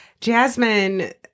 Jasmine